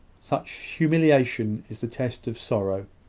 such humiliation is the test of sorrow.